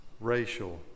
racial